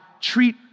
treat